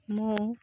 ମୁଁ